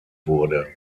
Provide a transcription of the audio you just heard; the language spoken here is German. wurde